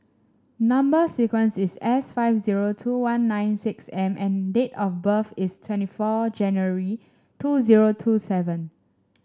number sequence is S five zero two one nine six M and date of birth is twenty four January two zero two seven